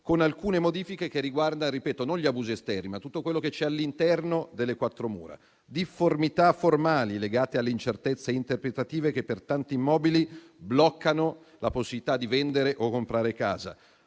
con alcune modifiche che riguardano - ripeto - non gli abusi esterni, ma tutto quello che c'è all'interno delle quattro mura: difformità formali legate alle incertezze interpretative, che per tanti immobili bloccano la possibilità di vendere o comprare casa;